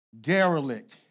Derelict